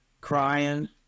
crying